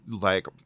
like-